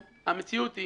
המציאות היא